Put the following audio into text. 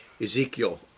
Ezekiel